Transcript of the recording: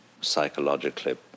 psychologically